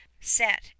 Set